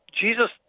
Jesus